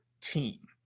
team